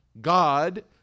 God